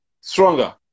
stronger